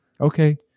okay